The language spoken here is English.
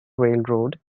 railroad